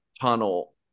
tunnel